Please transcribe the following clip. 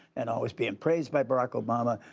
and always being praised by barack obama,